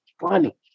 funny